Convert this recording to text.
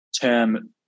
term